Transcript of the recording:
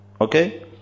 Okay